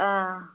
ஆ